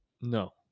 No